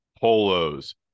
polos